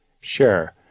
Sure